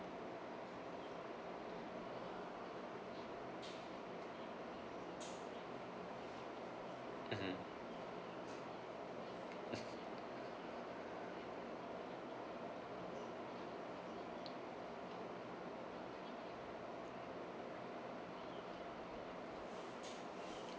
mmhmm